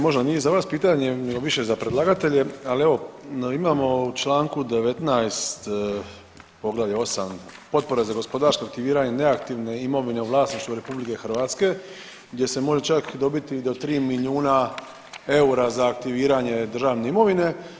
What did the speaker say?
Možda nije za vas pitanje nego više za predlagatelje, ali evo imamo u čl. 19. poglavlje 8, Potpore za gospodarsko aktiviranje neaktivne imovine u vlasništvu RH gdje se može čak dobiti i do tri milijuna eura za aktiviranje državne imovine.